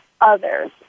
others